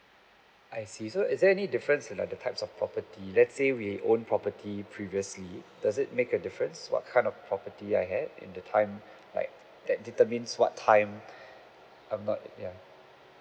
I see so is there any difference like the types of property let's say we own property previously does it make a difference what kind of property I had in the time like that determines what time I'm not ya